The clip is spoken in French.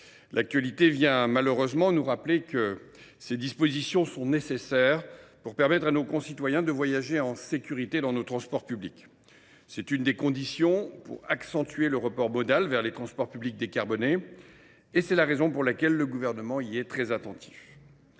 L’actualité vient malheureusement nous rappeler que ces dispositions sont nécessaires pour permettre à nos concitoyens de voyager en sécurité dans nos transports publics. C’est l’une des conditions pour accentuer le report modal vers les transports publics décarbonés, raison pour laquelle le Gouvernement est très attentif